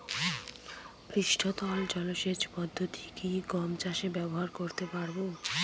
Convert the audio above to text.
পৃষ্ঠতল জলসেচ পদ্ধতি কি গম চাষে ব্যবহার করতে পারব?